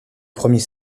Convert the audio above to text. premier